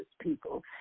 people